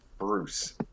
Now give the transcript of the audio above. Bruce